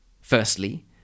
Firstly